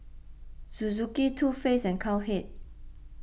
Suzuki Too Faced and Cowhead